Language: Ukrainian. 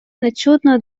нечутно